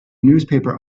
newspaper